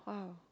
!wow!